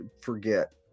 forget